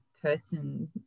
person